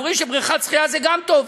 הם אומרים שבריכת שחייה זה גם טוב.